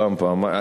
פעם-פעמיים,